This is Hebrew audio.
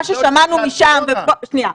מה ששמענו משם שנייה,